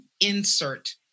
insert